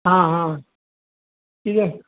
आं आं कित्याक